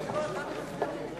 נתקבלו.